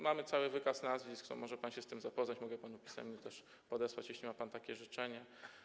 Mamy cały wykaz nazwisk, może pan się z tym zapoznać, mogę panu pisemnie też podesłać, jeśli ma pan takie życzenie.